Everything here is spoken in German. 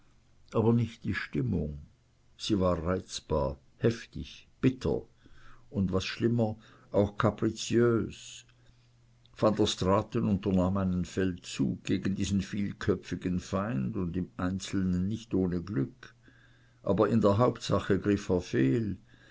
aber nicht die stimmung sie war reizbar heftig bitter und was schlimmer auch kapriziös van der straaten unternahm einen feldzug gegen diesen vielköpfigen feind und im einzelnen nicht ohne glück aber in der hauptsache griff er fehl